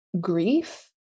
grief